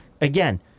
again